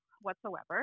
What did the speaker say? whatsoever